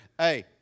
Hey